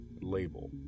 Label